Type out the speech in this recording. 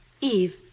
Eve